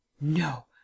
No